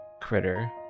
critter